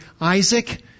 Isaac